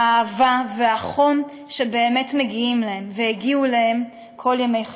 האהבה והחום שבאמת מגיעים להם והגיעו להם כל ימי חייהם.